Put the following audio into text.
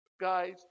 guy's